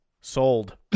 Sold